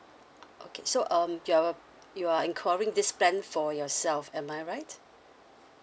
okay so um you are you are enquiring this plan for yourself am I right